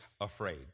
afraid